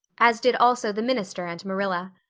as did also the minister and marilla.